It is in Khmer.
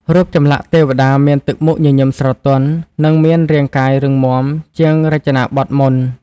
រូបចម្លាក់ទេវតាមានទឹកមុខញញឹមស្រទន់ និងមានរាងកាយរឹងមាំជាងរចនាបថមុន។